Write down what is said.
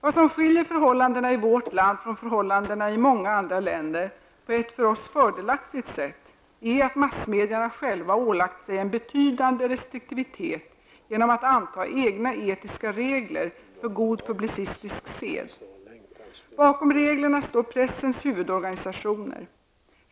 Vad som skiljer förhållandena i vårt land från förhållandena i många andra länder -- på ett för oss fördelaktigt sätt -- är att massmedierna själva ålagt sig en betydande restriktivitet genom att anta egna etiska regler för god publicistisk sed. Bakom reglerna står pressens huvudorganisationer.